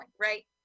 right